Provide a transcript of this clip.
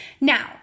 Now